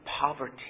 poverty